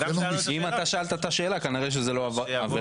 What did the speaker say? אם אתה שאלת את השאלה, כנראה שזה לא עבירה.